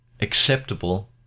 acceptable